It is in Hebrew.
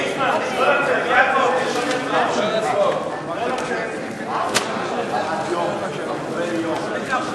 ההצעה להסיר מסדר-היום את הצעת חוק שירותי הדת היהודיים (תיקון,